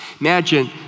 Imagine